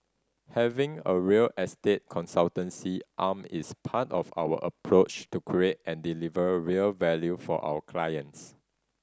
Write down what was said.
having a real estate consultancy arm is part of our approach to create and deliver real value for our clients